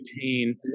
pain